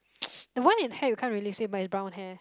the one in hat we can't really see but it's brown hair